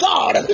God